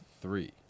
three